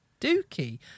Dookie